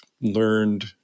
learned